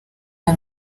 uwo